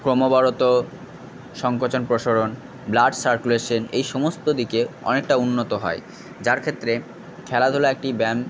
ক্রমবরত সংকোচন প্রসরণ blood circulation এই সমস্ত দিকে অনেকটা উন্নত হয় যার ক্ষেত্রে খেলাধুলা একটি ব্যায়াম